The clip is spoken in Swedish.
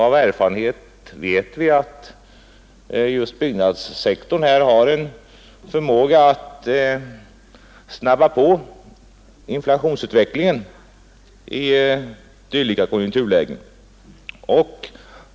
Av erfarenhet vet vi att just byggnadssektorn har en förmåga att snabba på inflationsutvecklingen i dylika konjunkturlägen.